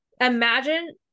Imagine